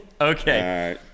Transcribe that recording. Okay